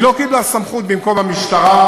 היא לא קיבלה סמכות במקום המשטרה,